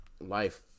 life